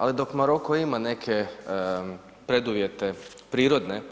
Ali, dok Maroko ima neke preduvjete prirodne,